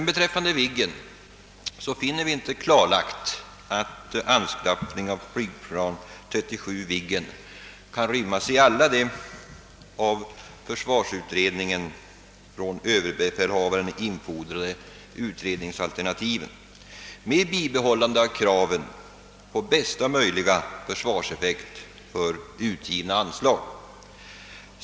Beträffande Viggen vill jag säga att vi inte finner det klarlagt att anskaffning av flygplan 37 Viggen ryms i alla de av försvarsutredningen från överbefälhavaren infordrade utredningsalternativen med bibehållande av kravet på bästa möjliga försvarseffekt för utgivna anslag.